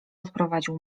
odprowadził